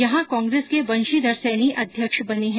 यहॉ कांग्रेस के बंशीधर सैनी अध्यक्ष बने हैं